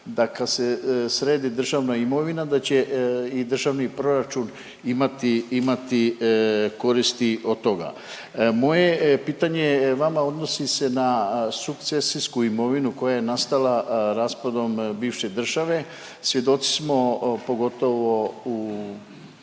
da kad se sredi državna imovina da će i državni proračun imati koristi od toga. Moje pitanje vama odnosi se na sukcesijsku imovinu koja je nastala raspadom bivše države, svjedoci smo pogotovo u